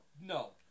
no